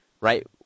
right